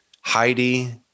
Heidi